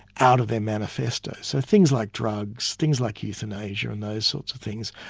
out of their manifesto. so things like drugs, things like euthanasia, and those sorts of things,